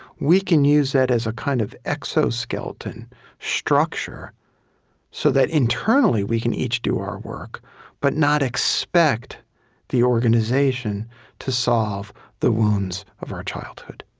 we can use that as a kind of exoskeleton structure so that, internally, we can each do our work but not expect the organization to solve the wounds of our childhood.